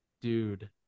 Dude